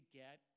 get